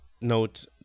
Note